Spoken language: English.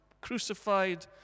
crucified